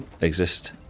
exist